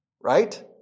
Right